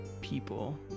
people